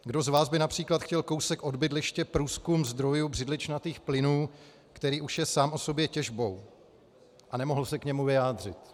Kdo z vás by například chtěl kousek od bydliště průzkum zdrojů břidličnatých plynů, který už je sám o sobě těžbou, a nemohl se k němu vyjádřit?